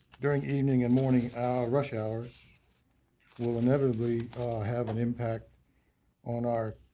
during evening and morning rush showers will inevitably have an impact on our